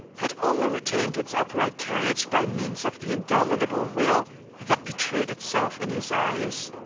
had only retained its upright carriage by means of the indomitable will that betrayed itself in his eyes.